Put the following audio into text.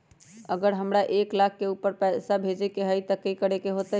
अगर हमरा एक लाख से ऊपर पैसा भेजे के होतई त की करेके होतय?